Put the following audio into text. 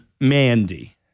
Mandy